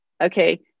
Okay